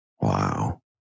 Wow